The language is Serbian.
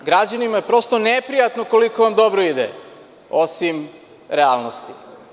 Građanima je prosto neprijatno koliko vam dobro ide, osim realnosti.